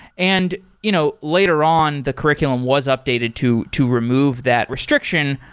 and you know later on, the curriculum was updated to to remove that restriction,